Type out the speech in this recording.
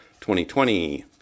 2020